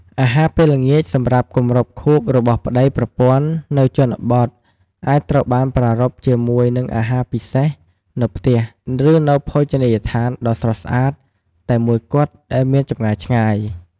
អាហារពេលល្ងាចសម្រាប់គម្រប់ខួបរបស់ប្តីប្រពន្ធនៅជនបទអាចត្រូវបានប្រារព្ធជាមួយនឹងអាហារពិសេសនៅផ្ទះ ឬនៅភោជនីយដ្ឋានដ៏ស្រស់ស្អាតតែមួយគត់ដែលមានចម្ងាយឆ្ងាយ។